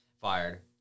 fired